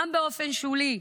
גם באופן שולי,